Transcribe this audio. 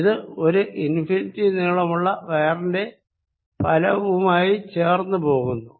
ഇത് ഒരു ഇൻഫിനിറ്റി നീളമുള്ള വയറിന്റെ ഫലവുമായി ചേർന്ന് പോകുന്നു